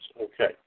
okay